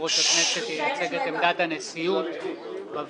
יושב-ראש הכנסת ייצג את עמדת הנשיאות בוועדה.